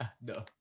No